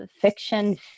fiction